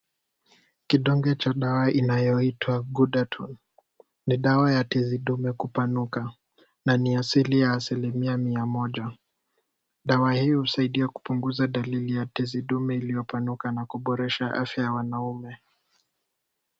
Kidonge cha dawa inayoitwa Ghudatun. Ni dawa ya tizidume kupanuka. Na ni asili ya asilimia mia moja. Dawa hii husaidia kupunguza dalili za tizidume iliyopanuka na kuboresha afya ya wanaume.